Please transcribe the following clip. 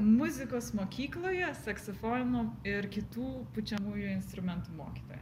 muzikos mokykloje saksofonų ir kitų pučiamųjų instrumentų mokytoja